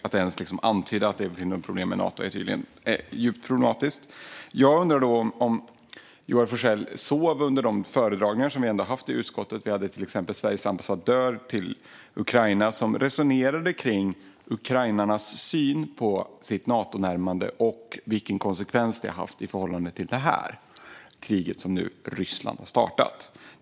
Att ens antyda att det finns något problem med Nato är tydligen djupt problematiskt. Jag undrar om Joar Forssell sovit under de föredragningar vi har haft i utskottet. Vi hade till exempel Sveriges ambassadör till Ukraina, som resonerade kring ukrainarnas syn på sitt Natonärmande och vilken konsekvens det har haft i förhållande till det krig som Ryssland nu har startat.